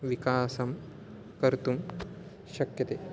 विकासं कर्तुं शक्यते